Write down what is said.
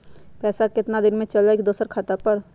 पैसा कितना दिन में चल जाई दुसर खाता पर?